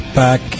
Back